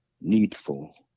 needful